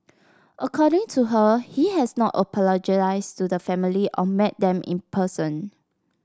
according to her he has not apologised to the family or met them in person